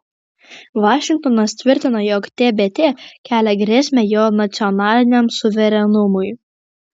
vašingtonas tvirtina jog tbt kelia grėsmę jo nacionaliniam suverenumui